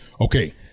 Okay